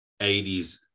80s